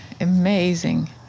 amazing